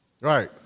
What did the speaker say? Right